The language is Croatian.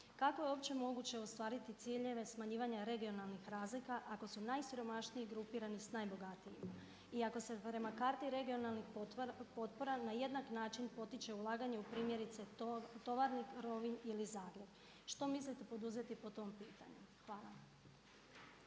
Kako je uopće moguće ostvariti ciljeve smanjivanja regionalnih razlika ako su najsiromašniji grupirani sa najbogatijima? I ako se prema karti regionalnih potpora na jednak način potiče ulaganje u primjerice Tovarnik, Rovinj ili Zagreb, što mislite poduzeti po tom pitanju? Hvala.